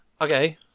Okay